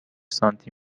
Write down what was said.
سانتی